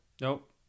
Nope